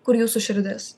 kur jūsų širdis